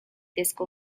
disco